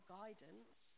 guidance